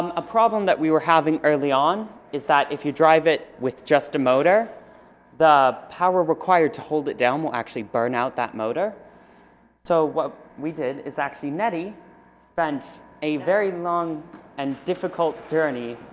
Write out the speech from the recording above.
um a problem that we were having early on is that if you drive it with just a motor the power required to hold it down will actually burn out that motor so what we did is actually nettie spent a very long and difficult journey